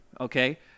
Okay